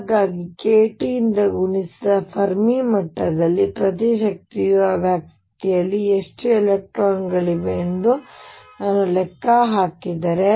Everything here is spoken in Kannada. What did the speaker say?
ಹಾಗಾಗಿ KT ಯಿಂದ ಗುಣಿಸಿದ ಫೆರ್ಮಿ ಮಟ್ಟದಲ್ಲಿ ಪ್ರತಿ ಶಕ್ತಿಯ ವ್ಯಾಪ್ತಿಯಲ್ಲಿ ಎಷ್ಟು ಎಲೆಕ್ಟ್ರಾನ್ ಗಳಿವೆ ಎಂದು ನಾನು ಲೆಕ್ಕ ಹಾಕಿದರೆ